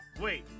Wait